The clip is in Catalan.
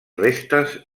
restes